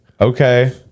okay